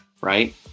right